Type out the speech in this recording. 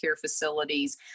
facilities